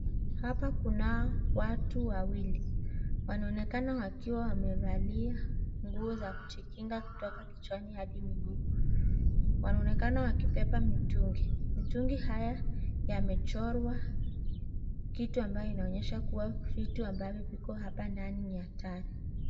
Hapa kunao watu wawili wanaonekana wakiwa wamevalia nguo za kujikinga kutoka kichwani hadi miguu . Wanaonekana wakibeba mitungi . Mitungi haya yamechorwa kitu ambayo inaonyesha kuwa vitu ambavyo viko hapa ndani ni hatari .